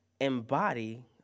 embody